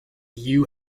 you